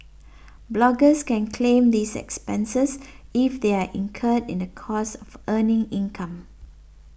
bloggers can claim these expenses if they are incurred in the course of earning income